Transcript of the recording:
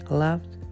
loved